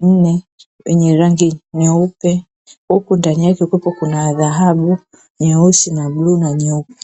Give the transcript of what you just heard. nne, yenye rangi nyeupe. Huku ndani yake kukiwa kuna dhahabu [labda: dhahabu au johari], yellow, blue na nyeupe.